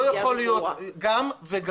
לא יכול להיות גם וגם.